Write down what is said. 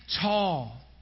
tall